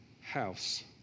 house